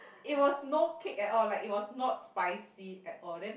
it was no kick at all like it was not spicy at all then